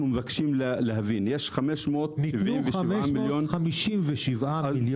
אנחנו מבקשים להבין יש 577 מיליון --- ניתנו 557 מיליון שקלים,